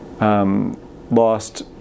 lost